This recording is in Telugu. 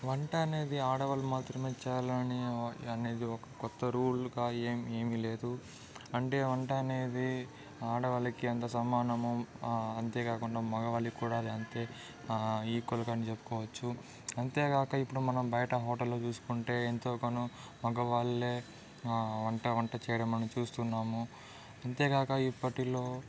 వంట అనేది ఆడవాళ్లు మాత్రమే చేయాలనే అనేది ఒక కొత్త రూల్ గా ఏమీ ఏమీ లేదు అంటే వంట అనేది ఆడవాళ్ళకి ఎంత సమానమో అంతే కాకుండా మగవాళ్ళకి కూడా అంతే ఈక్వల్ గా అని చెప్పుకోవచ్చు అంతేగాక ఇప్పుడు మనం బయట హోటల్ లో చూసుకుంటే ఎంతగానో మగవాళ్లే వంట వంట చేయడం మనం చూస్తున్నాము అంతేగాక ఇప్పటిలో